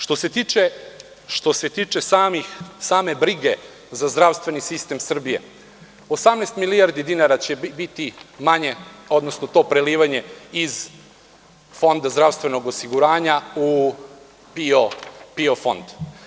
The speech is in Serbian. Što se tiče same brige za zdravstveni sistem Srbije, 18 milijardi dinara će biti manje, odnosno to prelivanje iz Fonda zdravstvenog osiguranja u PIO fond.